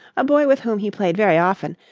a boy with whom he played very often,